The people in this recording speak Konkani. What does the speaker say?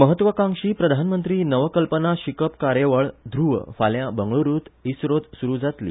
म्हत्वाकांक्षी प्रधानमंत्री नवकल्पना शिकप कार्यावळ ध्रूव फाल्यां बंगळ्रूंत इस्रोत सुरू जातली